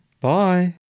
Bye